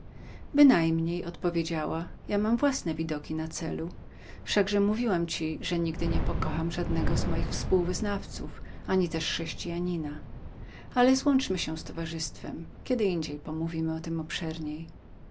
bynajmniej odpowiedziała ja mam własne widoki na celu wszakże mówiłam ci że nigdy nie pokocham żadnego z moich spółwyznawców ani też chrześcijanina ale złączmy się z towarzystwem kiedy indziej pomówimy o tem obszerniej